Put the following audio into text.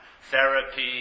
therapy